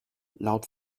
laut